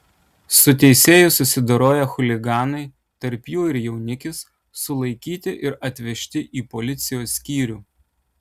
su teisėju susidoroję chuliganai tarp jų ir jaunikis sulaikyti ir atvežti į policijos skyrių